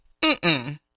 Mm-mm